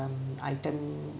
um item